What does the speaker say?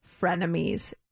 frenemies